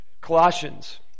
Colossians